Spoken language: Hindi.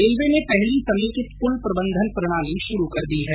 रेलवे ने पहली समेकित पुल प्रबंधन प्रणाली शुरु कर दी है